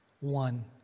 one